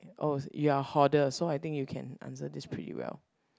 oh you're hoarder so I think you can answer this pretty well